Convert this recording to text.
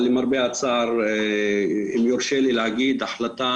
אבל למרבה הצער, אם יורשה לי להגיד, הייתה החלטה